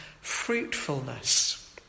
fruitfulness